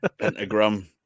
Pentagram